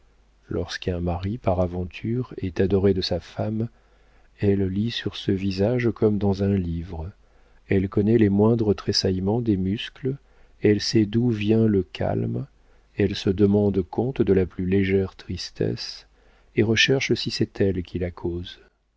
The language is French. lorsqu'un mari par aventure est adoré de sa femme elle lit sur ce visage comme dans un livre elle connaît les moindres tressaillements des muscles elle sait d'où vient le calme elle se demande compte de la plus légère tristesse et recherche si c'est elle qui la cause